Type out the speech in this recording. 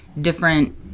different